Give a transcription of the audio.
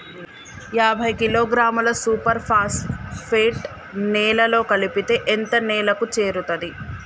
యాభై కిలోగ్రాముల super phosphate నేలలో కలిపితే ఎంత నేలకు చేరుతది?